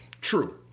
True